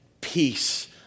peace